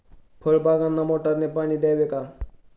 फळबागांना मोटारने पाणी द्यावे का?